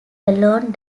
alone